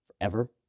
forever